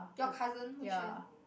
your cousin which one